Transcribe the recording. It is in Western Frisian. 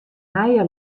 nije